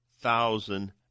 thousand